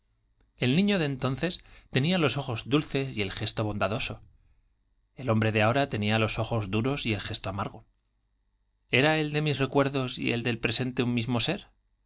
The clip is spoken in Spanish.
el niño de entonces tenía los ojos dulces y el gesto bon dadoso el hombre de ahora tenía los ojos duros y el gesto amargo eran el de mis recuerdos y el presente un ser